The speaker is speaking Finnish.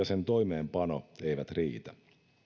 sen toimeenpano eivät riitä